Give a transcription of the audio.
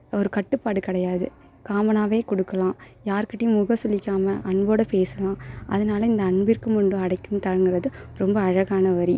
ஒரு கட்டுப்பாடு கிடையாது காமனாகவே கொடுக்லாம் யார்கிட்டையும் முகம் சுழிக்காம அன்போட பேசலாம் அதனால இந்த அன்பிற்கும் உண்டோ அடைக்கும் தாழ்ங்குறது ரொம்ப அழகான வரி